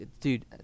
dude